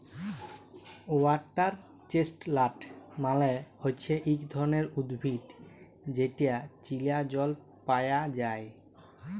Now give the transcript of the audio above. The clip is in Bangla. ওয়াটার চেস্টলাট মালে হচ্যে ইক ধরণের উদ্ভিদ যেটা চীলা জল পায়া যায়